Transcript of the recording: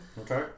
Okay